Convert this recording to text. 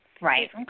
Right